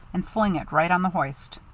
and sling it right on the hoist.